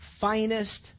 finest